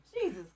Jesus